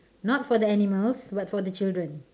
not for the animals but for the children